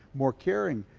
more caring,